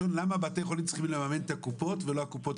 נשכנע אותם ונמצא להם את המקום המתאים.